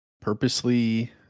purposely